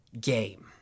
game